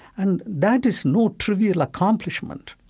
and that is no trivial accomplishment.